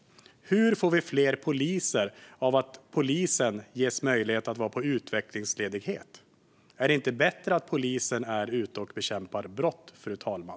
Hur får vi fler poliser av att polisen ges möjlighet till utvecklingsledighet? Är det inte bättre att polisen är ute och bekämpar brott, fru talman?